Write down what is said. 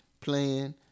playing